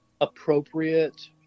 appropriate